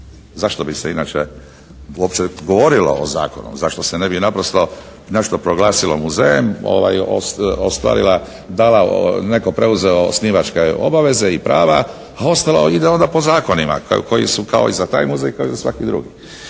Zašto bi se inače uopće govorilo o zakonu? Zašto se ne bi naprosto nešto proglasilo muzejem, ostvarila, dala, neko preuzeo osnivačke obaveze i prava, a ostalo ide onda po zakonima koji su kao i za taj muzej kao i za svaki drugi.